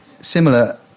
similar